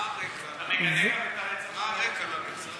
מה הרקע לרצח הזה?